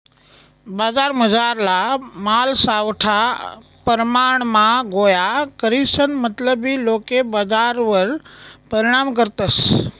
बजारमझारला माल सावठा परमाणमा गोया करीसन मतलबी लोके बजारवर परिणाम करतस